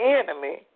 enemy